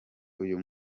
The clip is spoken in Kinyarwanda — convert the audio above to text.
uyu